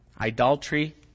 idolatry